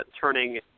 turning